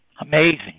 Amazing